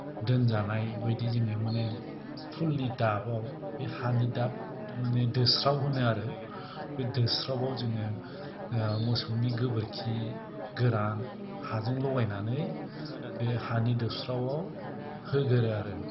दोनजानाय बायदि जोङो माने फुलनि दाबआव बे हानि दाब माने दोस्राव होनो आरो बे दोस्रावआव जोङो मोसौनि गोबोरखि गोरान हाजों लगायनानै बे हानि दोस्रावआव होगोरो आरो